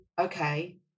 okay